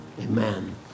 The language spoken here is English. Amen